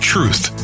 Truth